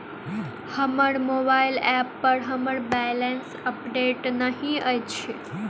हमर mobile app पर हमर बैलेंस अपडेट नहि अछि